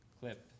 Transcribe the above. clip